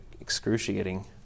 excruciating